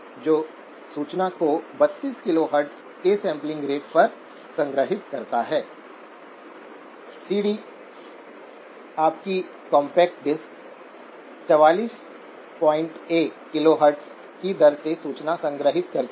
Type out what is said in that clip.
यह operating point पर quiescent condition में ड्रेन और गेट के बीच अलगाव है